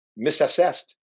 misassessed